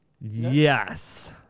Yes